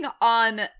on